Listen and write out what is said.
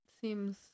seems